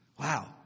Wow